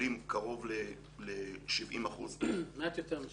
מקבלים קרוב ל-70% -- מעט יותר.